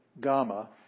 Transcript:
gamma